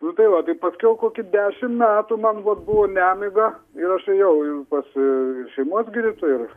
nu tai va tai paskiau kokį dešimt metų man vat buvo nemiga ir aš ėjau ir šeimos gydytoją ir